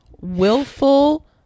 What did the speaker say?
willful